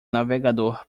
navegador